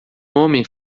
homem